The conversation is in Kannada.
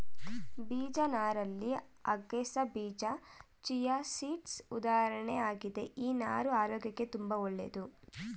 ಬೀಜ ನಾರಲ್ಲಿ ಅಗಸೆಬೀಜ ಚಿಯಾಸೀಡ್ಸ್ ಉದಾಹರಣೆ ಆಗಿದೆ ಈ ನಾರು ಆರೋಗ್ಯಕ್ಕೆ ತುಂಬಾ ಒಳ್ಳೇದು